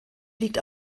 liegt